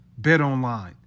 BetOnline